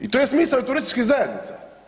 i to je smisao turističkih zajednica.